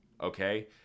Okay